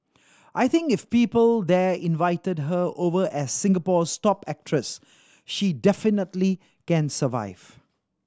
I think if people there invited her over as Singapore's top actress she definitely can survive